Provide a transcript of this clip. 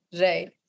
right